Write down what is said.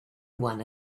one